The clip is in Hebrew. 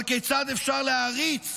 אבל כיצד אפשר להעריץ